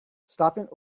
stopping